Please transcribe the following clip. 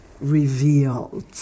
Revealed